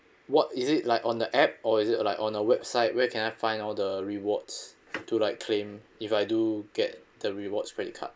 what is it like on the app or is it like on the website where can I find out the rewards to like claim if I do get the rewards credit card